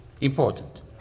important